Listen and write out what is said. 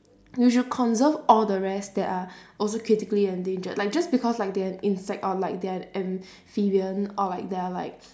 we should conserve all the rest that are also critically endangered like just because like they are insect or like they are amphibian or like they are like